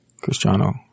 Cristiano